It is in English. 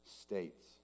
states